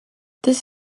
this